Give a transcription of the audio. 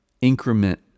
increment